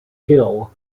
hill